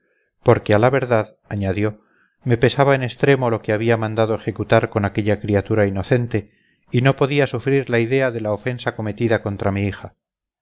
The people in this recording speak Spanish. por bien hecho porque a la verdad añadió me pesaba en extremo lo que había mandado ejecutar con aquella criatura inocente y no podía sufrir la idea de la ofensa cometida contra mi hija